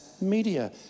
media